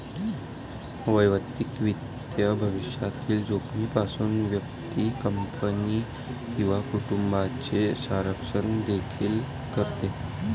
वैयक्तिक वित्त भविष्यातील जोखमीपासून व्यक्ती, कंपनी किंवा कुटुंबाचे संरक्षण देखील करते